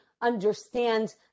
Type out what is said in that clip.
Understand